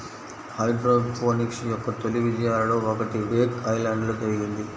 hydroponics యొక్క తొలి విజయాలలో ఒకటి వేక్ ఐలాండ్లో జరిగింది